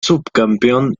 subcampeón